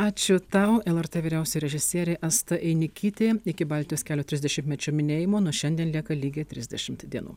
ačiū tau lrt vyriausioji režisierė asta einikytė iki baltijos kelio trisdešimtmečio minėjimo nuo šiandien lieka lygiai trisdešimt dienų